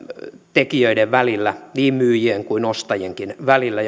tekijöiden välillä niin myyjien kuin ostajienkin välillä